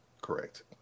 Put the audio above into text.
Correct